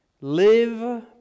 live